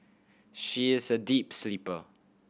she is a deep sleeper